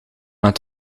het